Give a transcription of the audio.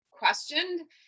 questioned